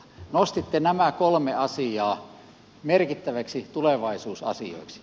nostitte nämä kolme asiaa merkittäviksi tulevaisuusasioiksi